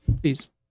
please